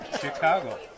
chicago